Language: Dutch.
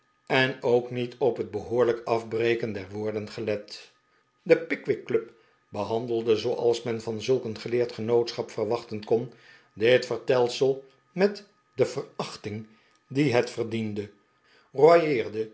en ook niet op het behoorlijk afbreken der woorden gelet de pickwick club behandelde zooals men van zulk een geleerd genootschap verwachten kon dit vertelsel met de verachting die het verdiende